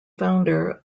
founder